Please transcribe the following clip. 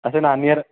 ଆ ସେ ନାନୀ ଘର